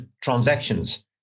transactions